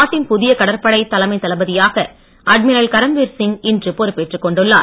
நாட்டின் புதிய கடற்படை தலைமை தளபதியாக அட்மிரல் கரம்வீர்சிங் இன்று பொறுப்பேற்றுக் கொண்டுள்ளார்